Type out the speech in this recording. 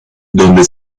donde